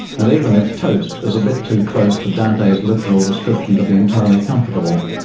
and even if toast is a bit too close to dante's literal description to be entirely comfortable.